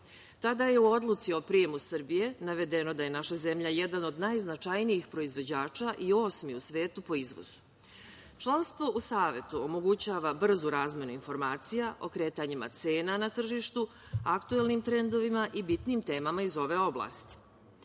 Tada je u Odluci o prijemu Srbije navedeno da je naša zemlja jedan od najznačajnijih proizvođača i osmi u svetu po izvozu. Članstvo u Savetu omogućava brzu razmenu informacija o kretanjima cena na tržištu, aktuelnim trendovima i bitnijim temama iz ove oblasti. Smatram